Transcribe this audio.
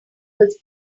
his